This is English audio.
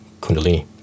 kundalini